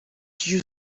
you